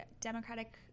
Democratic